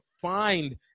find